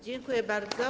Dziękuję bardzo.